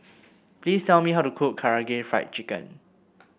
please tell me how to cook Karaage Fried Chicken